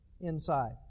inside